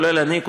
כולל אני,